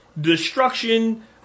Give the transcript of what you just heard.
destruction